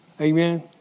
Amen